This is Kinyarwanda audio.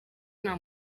nta